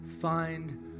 find